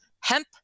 hemp